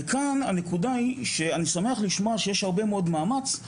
וכאן הנקודה היא שאני שמח לשמוע שיש הרבה מאוד מאמץ,